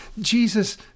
Jesus